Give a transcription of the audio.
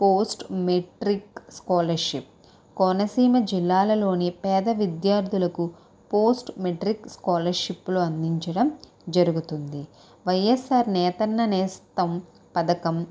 post matric scholarship Konaseema జిల్లాలలోని పేదవిద్యార్థులకు post matric స్కాలర్షిప్లు అందించడం జరుగుతుంది వైఎస్ఆర్ నేతన్ననేస్తం పథకం